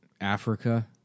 Africa